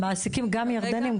מעסיקים גם ירדנים,